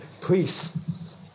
priests